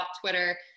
Twitter